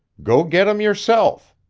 go get him, yourself.